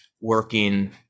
working